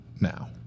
now